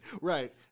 Right